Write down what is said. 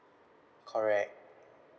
correct